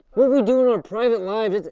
what we do in our private life,